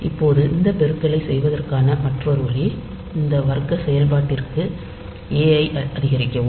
இப்போது இந்த பெருக்கலைச் செய்வதற்கான மற்றொரு வழி இந்த வர்க்க செயல்பாட்டிற்கு ஏ ஐ அதிகரிக்கவும்